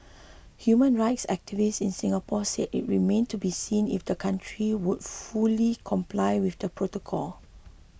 human rights activists in Singapore said it remained to be seen if the country would fully comply with the protocol